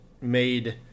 made